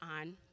on